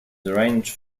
ranged